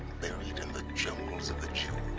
buried in the jungles of the jewel